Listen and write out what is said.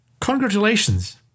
Congratulations